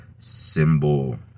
symbol